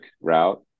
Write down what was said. route